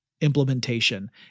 implementation